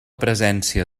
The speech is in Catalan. presència